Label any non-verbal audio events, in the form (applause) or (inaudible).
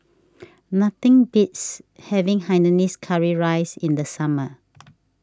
nothing beats having Hainanese Curry Rice in the summer (noise)